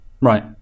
right